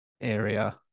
area